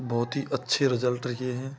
बहुत ही अच्छे रिजल्ट रहे हैं